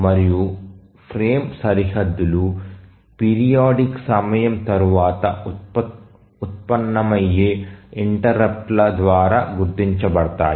మరియు ఫ్రేమ్ సరిహద్దులు పీరియాడిక్ సమయం ద్వారా ఉత్పన్నమయ్యే ఇంటెర్రుప్ట్ల ద్వారా గుర్తించబడతాయి